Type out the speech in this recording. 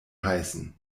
heißen